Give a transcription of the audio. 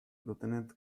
lieutenant